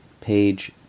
page